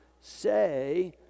say